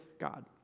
God